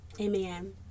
amen